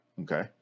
Okay